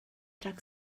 rhag